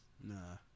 Nah